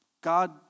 God